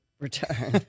return